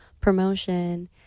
promotion